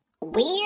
Weird